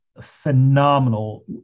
phenomenal